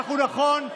נכון,